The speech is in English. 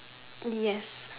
yes